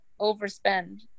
overspend